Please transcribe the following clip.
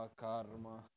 karma